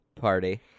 party